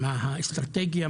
מה האסטרטגיה,